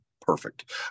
perfect